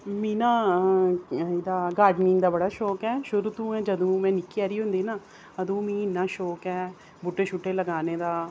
मी ना एह्दा गार्डनिंग दा बड़ा शौक ऐ शुरू तू गै जदूं मैं निक्की हारी होंदी ना अदूं मिगी इन्ना शौक ऐ बूह्टे शूह्टे लगाने दा